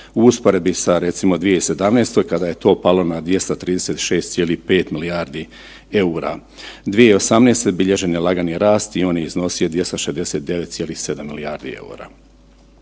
usporedbi sa recimo 2017. kada je to palo na 236,5 milijardi EUR-a. 2018. bilježen je lagani rast i on je iznosio 269,7 milijardi EUR-a.